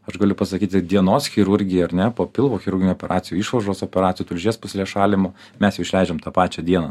aš galiu pasakyti dienos chirurgija ar ne po pilvo chirurginių operacijų išvaržos operacijų tulžies pūslės šalinimo mes jau išleidžiam tą pačią dieną